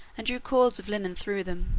and drew cords of linen through them,